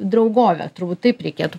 draugovę turbūt taip reikėtų